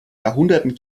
jahrhunderten